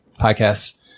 podcasts